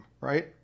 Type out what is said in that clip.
Right